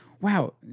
wow